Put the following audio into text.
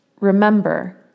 Remember